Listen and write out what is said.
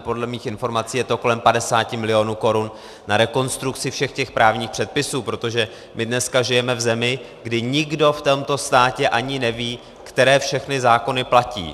Podle mých informací je to kolem 50 milionů korun na rekonstrukci všech těch právních předpisů, protože my dneska žijeme v zemi, kdy nikdo v tomto státě ani neví, které všechny zákony platí.